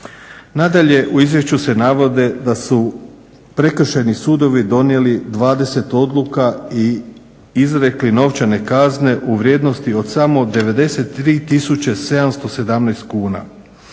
Nadalje, u izvješću se navode da su prekršajni sudovi donijeli 20 odluka i izrekli novčane kazne u vrijednosti od samo 93 tisuće